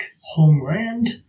homeland